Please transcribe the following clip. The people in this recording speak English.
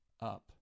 up